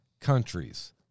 countries